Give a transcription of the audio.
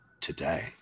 today